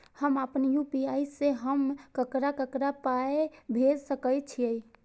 हम आपन यू.पी.आई से हम ककरा ककरा पाय भेज सकै छीयै?